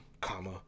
comma